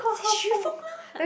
say Xu-Fong lah